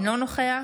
אינו נוכח